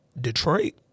detroit